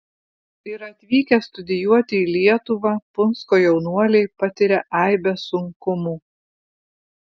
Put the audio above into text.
ir atvykę studijuoti į lietuvą punsko jaunuoliai patiria aibes sunkumų